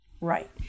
Right